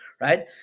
Right